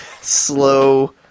slow